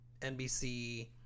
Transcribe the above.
nbc